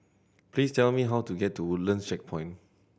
please tell me how to get to Woodlands Checkpoint